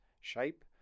shape